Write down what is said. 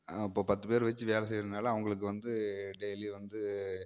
அப்போ பத்து பேர் வெச்சு வேலை செய்றதுனால அவங்களுக்கு வந்து டெய்லியும் வந்து